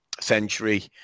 century